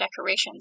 decorations